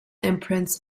imprints